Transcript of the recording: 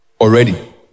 Already